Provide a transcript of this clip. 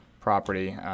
property